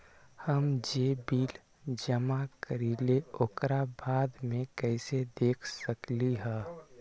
हम जे बिल जमा करईले ओकरा बाद में कैसे देख सकलि ह?